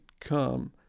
come